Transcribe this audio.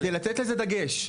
כדי לתת לזה דגש.